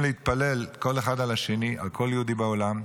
להתפלל כל אחד על השני, על כל יהודי בעולם,